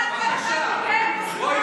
בבקשה, אני